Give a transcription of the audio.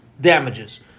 damages